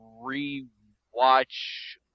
re-watch